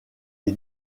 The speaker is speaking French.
est